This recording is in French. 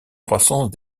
croissance